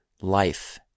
life